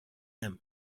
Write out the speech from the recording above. him